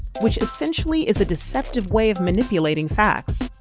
which essentially is a deceptive way of manipulating facts.